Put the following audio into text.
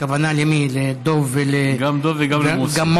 הכוונה למי, לדב וגם למוסי?